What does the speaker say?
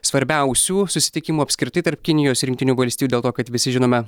svarbiausių susitikimų apskritai tarp kinijos ir jungtinių valstijų dėl to kad visi žinome